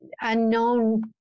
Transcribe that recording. unknown